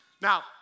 Now